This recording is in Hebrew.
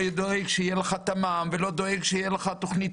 שיהיה לך תמ"מ ולא דואג שתהיה לך תכנית